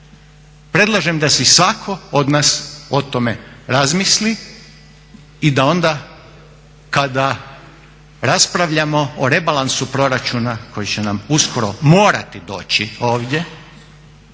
Predlažem da si svatko od nas o tome razmisli i da onda kada raspravljamo o rebalansu proračuna koji će nam uskoro morati doći ovdje